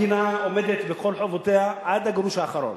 המדינה עומדת בכל חובותיה עד הגרוש האחרון.